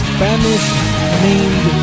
Spanish-named